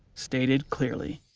stated clearly.